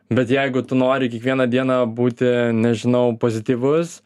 bet jeigu tu nori kiekvieną dieną būti nežinau pozityvus